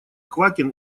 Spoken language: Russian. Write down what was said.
квакин